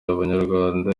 abanyarwanda